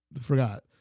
Forgot